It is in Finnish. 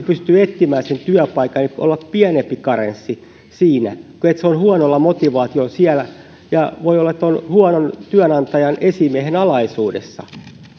pystyy etsimään työpaikan pitäisi olla pienempi karenssi eikä niin että hän on huonolla motivaatiolla siellä ja voi olla huonon työnantajan esimiehen alaisuudessa